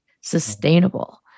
sustainable